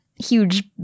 Huge